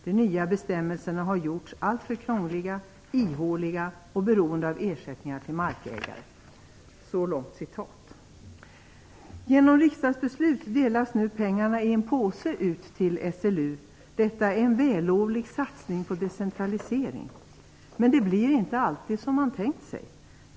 De nya bestämmelserna har gjorts alltför krångliga, ihåliga och beroende av ersättningar till markägaren." Genom riksdagsbeslut delas nu pengarna ut i en påse till SLU. Detta är en vällovlig satsning på decentralisering. Men det blir inte alltid som man har tänkt sig.